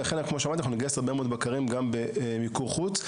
ולכן כמו שאמרתי אנחנו נגייס הרבה מאוד בקרים גם במיקור חוץ.